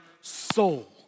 soul